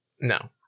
No